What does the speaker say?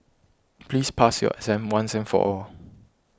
please pass your exam once and for all